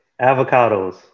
avocados